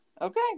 Okay